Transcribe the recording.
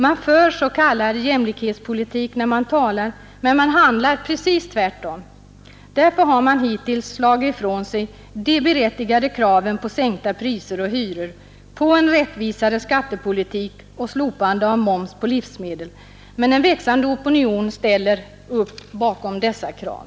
Man för s.k. jämlikhetspolitik när man talar, men man handlar precis tvärtom. Därför har man hittills slagit ifrån sig de berättigade kraven på sänkta priser och hyror, på en rättvisare skattepolitik och slopande av moms på livsmedel. Men en växande opinion ställer sig bakom dessa krav.